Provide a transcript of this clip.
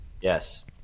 Yes